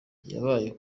yabaye